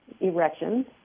erections